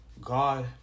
God